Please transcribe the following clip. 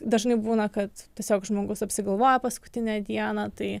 dažnai būna kad tiesiog žmogus apsigalvoja paskutinę dieną tai